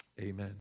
amen